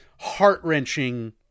heart-wrenching